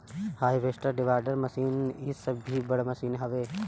harvester, dibbler machine इ सब भी बड़ मशीन हवे